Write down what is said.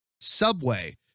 Subway